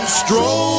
stroll